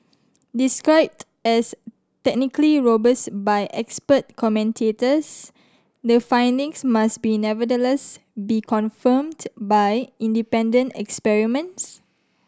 described as technically robust by expert commentators the findings must be nevertheless be confirmed by independent experiments